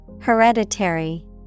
Hereditary